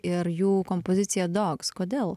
ir jų kompozicija dogs kodėl